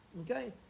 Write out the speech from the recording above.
Okay